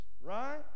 right